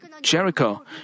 Jericho